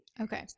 Okay